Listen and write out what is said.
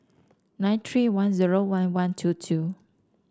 nine three one zero one one two two